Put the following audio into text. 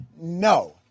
No